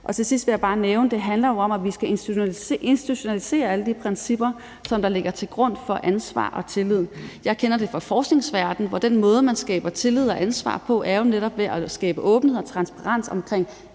Til sidst vil jeg bare nævne, at det jo handler om, at vi skal institutionalisere alle de principper, som ligger til grund for ansvar og tillid. Jeg kender det fra forskningsverdenen, hvor den måde, man skaber tillid og ansvar på, jo netop er at skabe åbenhed og transparens omkring